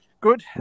Good